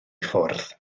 ffwrdd